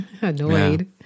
annoyed